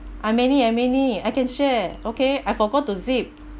I many I many I can share okay I forgot to zip